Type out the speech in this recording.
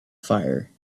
fire